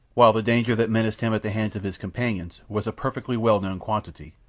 while the danger that menaced him at the hands of his companions was a perfectly well-known quantity,